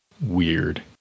weird